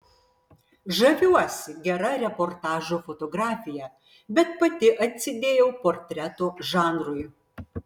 žaviuosi gera reportažo fotografija bet pati atsidėjau portreto žanrui